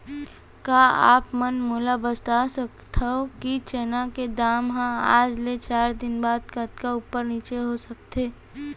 का आप मन मोला बता सकथव कि चना के दाम हा आज ले चार दिन बाद कतका ऊपर नीचे हो सकथे?